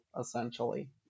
essentially